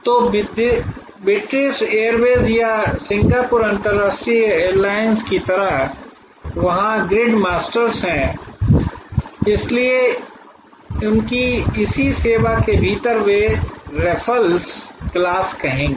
तो British Airways या Singapore अंतरराष्ट्रीय एयरलाइंस की तरह वहाँ ग्रिड मास्टर्स हैं इसलिए उनकी इसी सेवा के भीतर वे रैफल्स क्लास कहेंगे